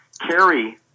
Kerry